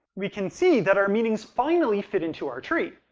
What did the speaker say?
we can see that our meanings finally fit into our tree.